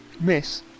Miss